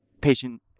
patient